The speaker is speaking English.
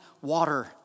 water